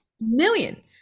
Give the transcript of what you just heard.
million